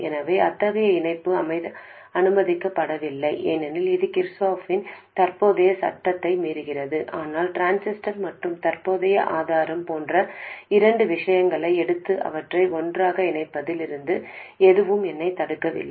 எனவே அத்தகைய இணைப்பு அனுமதிக்கப்படவில்லை ஏனெனில் இது கிர்ச்சோஃப்பின் தற்போதைய சட்டத்தை மீறுகிறது ஆனால் டிரான்சிஸ்டர் மற்றும் தற்போதைய ஆதாரம் போன்ற இரண்டு விஷயங்களை எடுத்து அவற்றை ஒன்றாக இணைப்பதில் இருந்து எதுவும் என்னைத் தடுக்கவில்லை